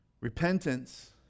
Repentance